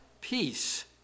peace